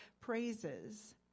praises